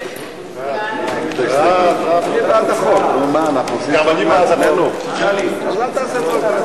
3 של קבוצת סיעת חד"ש לסעיף 1 לא